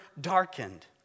darkened